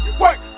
work